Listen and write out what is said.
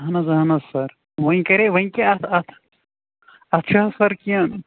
اہن حظ اہن حظ سَر وۅنۍ کَرے وۅنۍ کیٛاہ اتھ اتھ چھُ حظ سَر کیٚنٛہہ